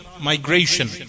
migration